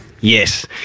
Yes